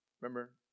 Remember